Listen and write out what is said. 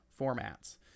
formats